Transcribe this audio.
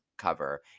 cover